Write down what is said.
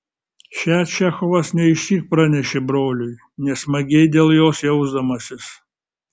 šią čechovas ne išsyk pranešė broliui nesmagiai dėl jos jausdamasis